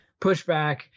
pushback